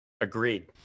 Agreed